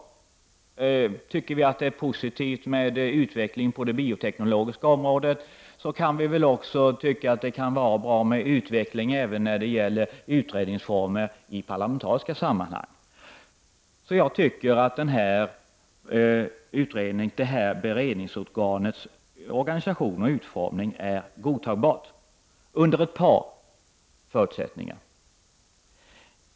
Om vi tycker att det är positivt med utveckling på det bioteknologiska området, så kan vi väl också tycka att det kan vara bra med utveckling även när det gäller utredningsformer i parlamentariska sammanhang. Det här beredningsorganets organisation och utformning är alltså godtagbara — under ett par förutsättningar!